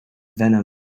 venom